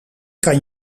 kan